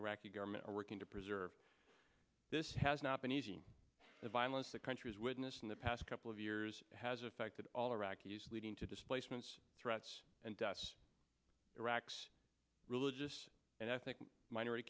iraqi government are working to preserve this has not been easy the violence the countries witnessed in the past couple of years has affected all iraqis leading to displacements threats and iraq's religious and ethnic minority